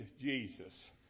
Jesus